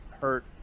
hurt